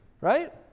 Right